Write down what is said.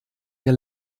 ihr